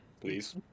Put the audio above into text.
Please